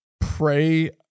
pray